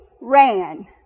ran